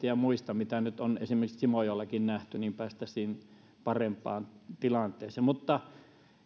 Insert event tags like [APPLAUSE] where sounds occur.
[UNINTELLIGIBLE] ja muista mitä nyt on esimerkiksi simojoellakin nähty parempaan tilanteeseen mutta